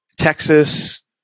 Texas